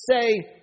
say